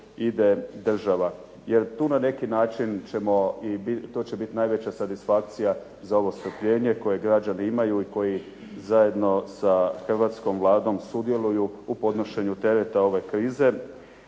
ide država. Jer tu će biti najveća satisfakcija za ovo strpljenje koje građani imaju i koji zajedno sa hrvatskom Vladom sudjeluju u podnošenju tereta ove krize.